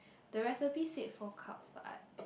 the recipe said four cups but